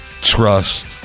trust